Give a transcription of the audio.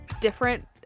different